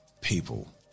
people